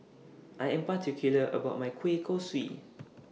I Am particular about My Kueh Kosui